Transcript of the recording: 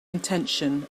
intention